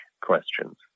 questions